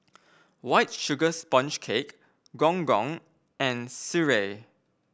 White Sugar Sponge Cake Gong Gong and sireh